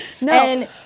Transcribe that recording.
No